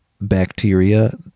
bacteria